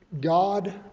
God